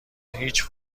هیچ